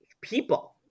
people